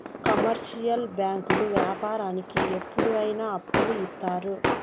commercial బ్యాంకులు వ్యాపారానికి ఎప్పుడు అయిన అప్పులు ఇత్తారు